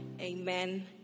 Amen